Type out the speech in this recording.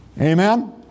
Amen